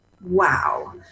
wow